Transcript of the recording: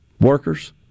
workers